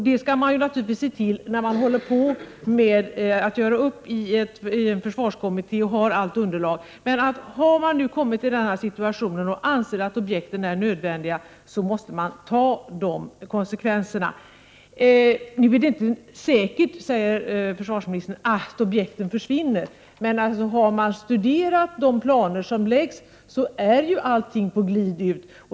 Det skall man naturligtvis se till när man håller på med att göra upp i försvarskommittén och har hela underlaget. Men har man kommit till en annan situation och anser att objekten är nödvändiga, måste man ta konsekvenserna. Det är inte säkert, säger försvarsministern, att objekten försvinner. Men har man studerat de planer som läggs är allting på glid ut.